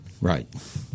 Right